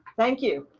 thank you.